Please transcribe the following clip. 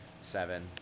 seven